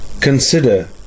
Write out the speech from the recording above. consider